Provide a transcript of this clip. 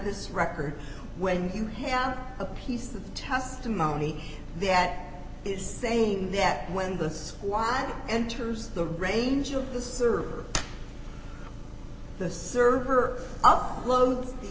this record when you have a piece of testimony that is saying that when the squad enters the range of the server the server up load